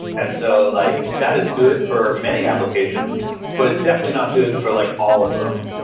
and so, like that is good for many applications, but it's definitely not good for like all of them.